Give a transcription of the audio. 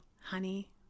honey